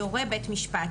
יורה בית המשפט,